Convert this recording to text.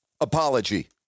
apology